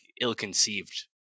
ill-conceived